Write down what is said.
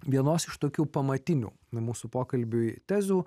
vienos iš tokių pamatinių mūsų pokalbiui tezių